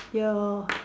your